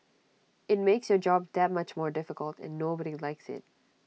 IT makes your job that much more difficult and nobody likes IT